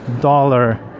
dollar